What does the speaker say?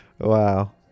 Wow